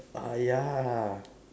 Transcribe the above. uh ya